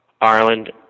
Ireland